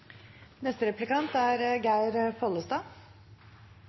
Neste taler er Geir Pollestad,